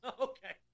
Okay